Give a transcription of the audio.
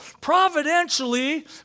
Providentially